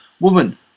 Woman